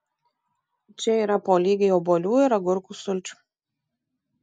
čia yra po lygiai obuolių ir agurkų sulčių